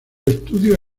estudios